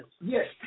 yes